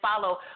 follow